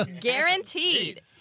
guaranteed